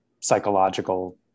psychological